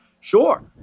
Sure